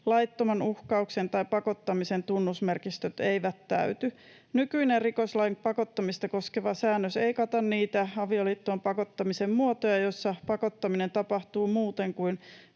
laittoman uhkauksen tai pakottamisen tunnusmerkistöt eivät täyty. Nykyinen rikoslain pakottamista koskeva säännös ei kata niitä avioliittoon pakottamisen muotoja, joissa pakottaminen tapahtuu muuten kuin